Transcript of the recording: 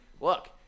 look